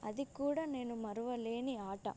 అది కూడా నేను మరువలేని ఆట